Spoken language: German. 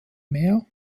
mehr